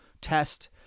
test